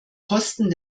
kosten